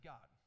God